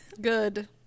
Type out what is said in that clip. Good